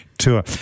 Tour